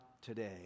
today